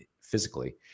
physically